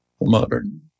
modern